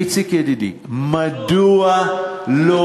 איציק ידידי, מדוע, בסוכנות.